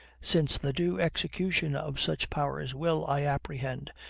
since the due execution of such powers will, i apprehend,